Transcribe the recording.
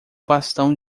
bastão